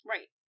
Right